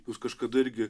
jūs kažkada irgi